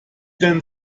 denn